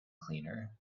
cleaner